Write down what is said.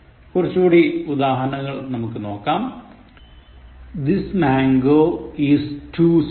കുറച്ചുകൂടി ഉദാഹരണങ്ങൾ നോക്കാം This mango is too sour